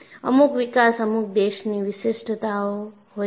અમુક વિકાસ અમુક દેશની વિશિષ્ટતા હોય છે